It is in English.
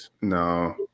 No